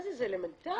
זה אלמנטרי.